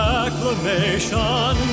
acclamation